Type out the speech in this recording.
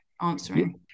answering